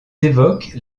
évoquent